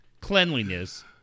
cleanliness